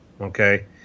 Okay